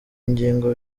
ngingo